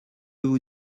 vous